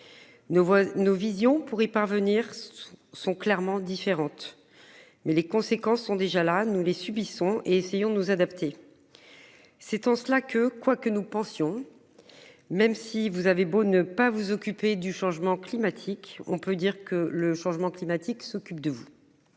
nos visions pour y parvenir sont clairement différentes. Mais les conséquences sont déjà là nous les subissons et essayons de nous adapter. C'est en cela que quoi que nous pensions. Même si vous avez beau ne pas vous occuper du changement climatique. On peut dire que le changement climatique s'occupe de vous.